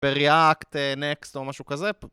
בריאקט, נקסט או משהו כזה